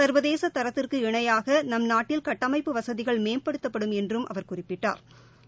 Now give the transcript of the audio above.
சா்வதேச தரத்திற்கு இணையாக நம் நாட்டில் கட்டமைப்பு வசதிகள் மேம்படுத்தப்படும் என்றும் அவர் குறிப்பிட்டா்